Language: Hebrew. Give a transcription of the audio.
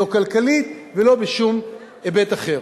לא כלכלית ולא בשום היבט אחר.